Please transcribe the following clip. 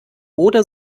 oder